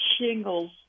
shingles